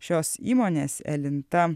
šios įmonės elinta